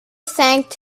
thanked